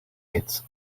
its